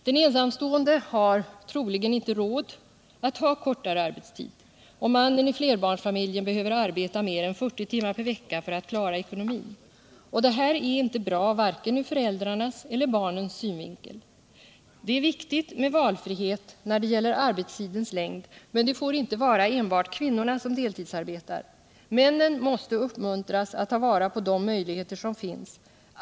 Den ensamstående har troligen inte råd att ha kortare arbetstid och mannen i flerbarnsfamiljen behöver arbeta mer än 40 timmar per vecka för att klara ekonomin. Det här är inte bra vare sig ur föräldrarnas eller ur barnens synvinkel. Det är viktigt med valfrihet när det gäller arbetstidens längd, men det får inte vara enbart kvinnorna som deltidsarbetar. Männen måste uppmuntras att ta vara på de möjligheter som finns.